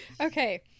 Okay